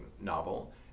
novel